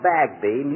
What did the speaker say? Bagby